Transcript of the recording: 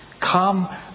Come